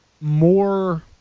more